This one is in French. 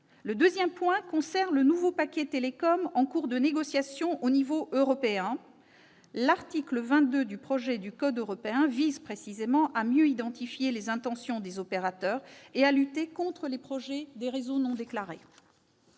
Le deuxième élément concerne le nouveau paquet Télécom en cours de négociation au niveau européen. L'article 22 du projet de code européen vise précisément à mieux identifier les intentions des opérateurs et à lutter contre les projets de réseaux non déclarés.